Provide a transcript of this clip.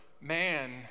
man